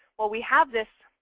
well we have this